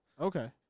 Okay